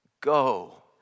go